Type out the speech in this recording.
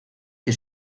que